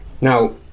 Now